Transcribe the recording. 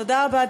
תודה רבה,